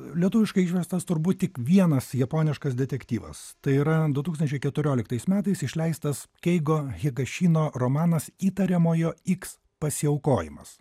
lietuviškai išverstas turbūt tik vienas japoniškas detektyvas tai yra du tūkstančiai keturioliktais metais išleistas keigo hegašino romanas įtariamojo x pasiaukojimas